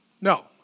no